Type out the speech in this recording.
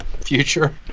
future